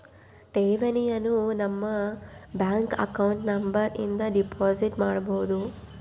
ಠೇವಣಿಯನು ನಮ್ಮ bank account number ಇಂದ ಡೆಪೋಸಿಟ್ ಮಾಡ್ಬೊದು